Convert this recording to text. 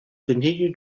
continue